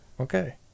Okay